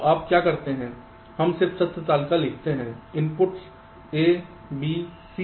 तो आप क्या करते हैं हम सिर्फ सत्य तालिका लिखते हैं इनपुट्स a b c हैं